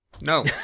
No